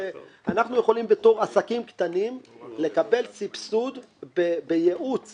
שאנחנו יכולים בתור עסקים קטנים לקבל סבסוד בייעוץ